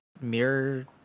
mirror